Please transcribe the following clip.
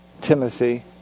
Timothy